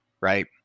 Right